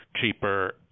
cheaper